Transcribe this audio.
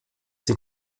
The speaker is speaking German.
die